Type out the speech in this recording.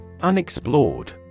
Unexplored